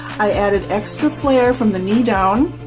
i added extra flare from the knee down,